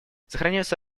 сохраняются